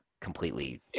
completely